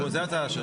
זאת ההצעה שלו.